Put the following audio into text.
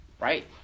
right